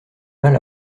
mal